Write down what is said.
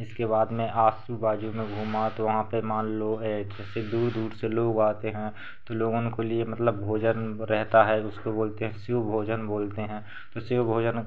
इसके बाद में आज़ू बाज़ू में घूमा तो वहाँ पर मान लो जैसे दूर दूर से लोग आते हैं तो लोगों के लिए मतलब भोजन रहता है उसको बोलते हैं शिव भोजन बोलते हैं तो शिव भोजन